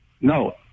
No